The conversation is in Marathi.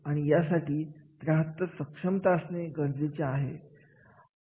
अशा व्यक्तीसाठी बक्षीस प्रणाली असणे गरजेचे असते